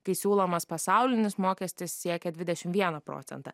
kai siūlomas pasaulinis mokestis siekia dvidešimt vieną procentą